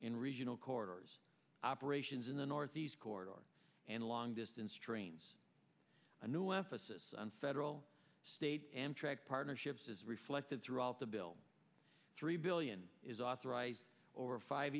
in regional corridors operations in the northeast corridor and long distance trains a new emphasis on federal state and track partnerships is reflected throughout the bill three billion is authorized over five